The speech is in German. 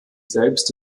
selbst